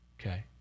Okay